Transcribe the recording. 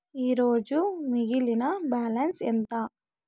ఈరోజు మిగిలిన బ్యాలెన్స్ ఎంత?